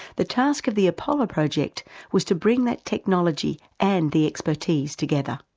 the task of the apollo project was to bring that technology and the expertise together.